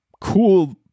cool